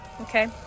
okay